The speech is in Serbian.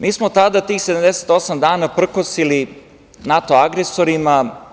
Mi smo tada tih 78 dana prkosili NATO agresorima.